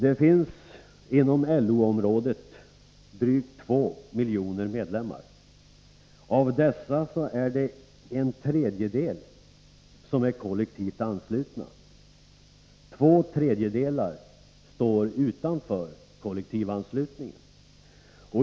Det finns inom LO-området drygt två miljoner medlemmar. Av dessa är en tredjedel kollektivt anslutna. Två tredjedelar står utanför kollektivanslutningen.